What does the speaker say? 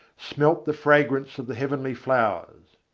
smelt the fragrance of the heavenly flowers.